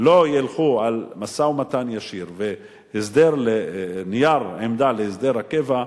לא ילכו על משא-ומתן ישיר ונייר עמדה להסדר הקבע,